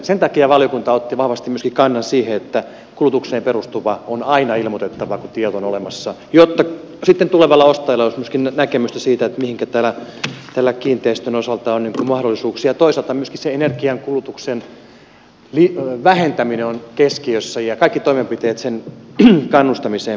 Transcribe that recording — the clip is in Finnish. sen takia valiokunta otti vahvasti myöskin kannan siihen että kulutukseen perustuva on aina ilmoitettava kun tieto on olemassa jotta sitten tulevalla ostajalla olisi myöskin näkemystä siitä mihinkä kiinteistön osalta on mahdollisuuksia ja toisaalta myöskin se energiankulutuksen vähentäminen on keskiössä ja kaikki toimenpiteet sen kannustamiseksi pitää tehdä